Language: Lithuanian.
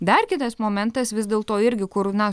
dar kitas momentas vis dėl to irgi kur na